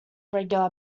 regular